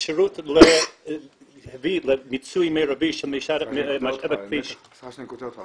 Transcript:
האפשרות להביא למיצוי מרבי של משאב הכביש --- סליחה שאני קוטע אותך.